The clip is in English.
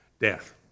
Death